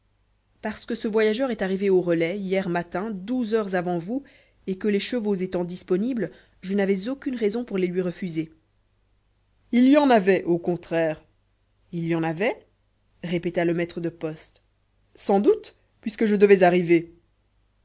parce que ce voyageur est arrivé au relais hier matin douze heures avant vous et que les chevaux étant disponibles je n'avais aucune raison pour les lui refuser il y en avait au contraire il y en avait répéta le maître de poste sans doute puisque je devais arriver